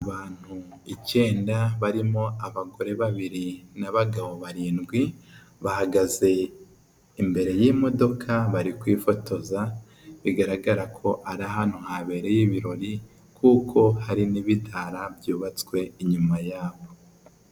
Abantu icyenda barimo abagore babiri n'abagabo barindwi bahagaze imbere y'imodoka bari kwifotoza bigaragara ko ari ahantu habereye ibirori kuko hari n'ibidara byubatswe inyuma yabo.